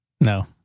No